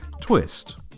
Twist